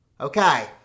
Okay